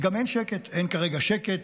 גם אין שקט, אין כרגע שקט.